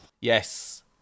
yes